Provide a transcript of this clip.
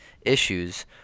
issues